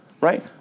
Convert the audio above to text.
right